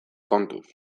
kontuz